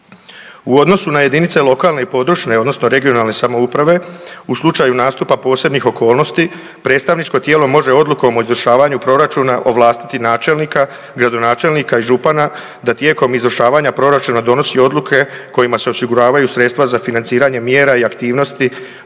U odnosu na jedinice lokalne i područne (regionalne) samouprave u slučaju nastupa posebnih okolnosti, predstavničko tijelo može odlukom o izvršavanju proračuna ovlastiti načelnika, gradonačelnika i župana da tijekom izvršavanja proračuna donosi odluke kojima se osiguravaju sredstva za financiranje mjera i aktivnosti